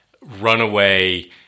runaway